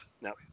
No